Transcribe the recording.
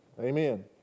Amen